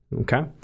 Okay